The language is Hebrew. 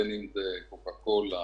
בין אם זה "קוקה קולה",